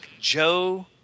Joe